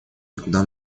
никуда